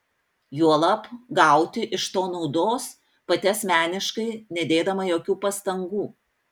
juolab gauti iš to naudos pati asmeniškai nedėdama jokių pastangų